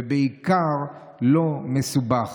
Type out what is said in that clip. ובעיקר לא מסובך.